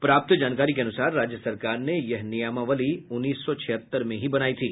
प्राप्त जानकारी के अनुसार राज्य सरकार ने यह नियमावली उन्नीस सौ छिहत्तर में ही बनायी थी